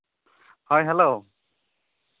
hi hello